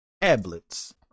tablets